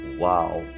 wow